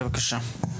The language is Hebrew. בבקשה.